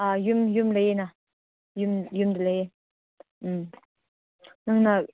ꯑꯥ ꯌꯨꯝ ꯌꯨꯝ ꯂꯩꯌꯦꯅ ꯌꯨꯝ ꯌꯨꯝꯗ ꯂꯩꯌꯦ ꯎꯝ ꯅꯪꯅ